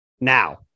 now